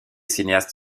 cinéastes